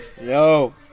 Yo